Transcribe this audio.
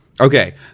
okay